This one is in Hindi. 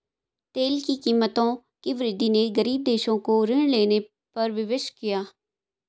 तेल की कीमतों की वृद्धि ने गरीब देशों को ऋण लेने पर विवश किया